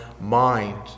mind